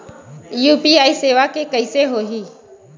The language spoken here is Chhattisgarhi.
यू.पी.आई सेवा के कइसे होही?